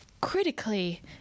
critically